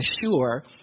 assure